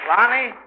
Lonnie